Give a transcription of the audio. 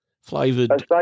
flavoured